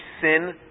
sin